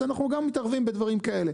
אז אנחנו גם מתערבים בדברים כאלה.